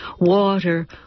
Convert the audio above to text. water